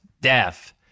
death